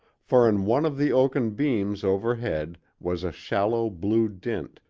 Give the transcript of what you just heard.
for in one of the oaken beams overhead was a shallow blue dint,